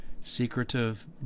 secretive